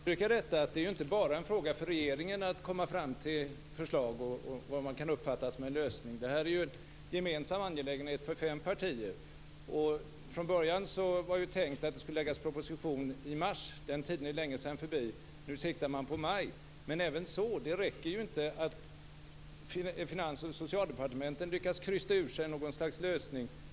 Fru talman! Jag vill understryka att det inte bara är en fråga för regeringen att komma med förslag om vad man kan uppfatta som en lösning. Det här är ju en gemensam angelägenhet för fem partier. Från början var det tänkt att det skulle läggas fram en proposition i mars. Den tiden är längesedan förbi. Nu siktar man på maj. Men även så; det räcker ju inte att Finansoch Socialdepartementen lyckas krysta ur sig något slags lösning.